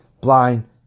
blind